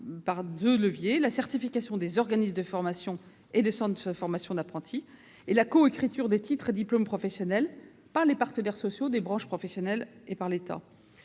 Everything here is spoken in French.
: d'une part, la certification des organismes de formation et des centres de formation d'apprentis ; d'autre part, la « coécriture » des titres et diplômes professionnels par les partenaires sociaux des branches professionnelles et par l'État.